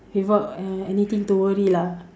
without uh anything to worry lah